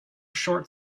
short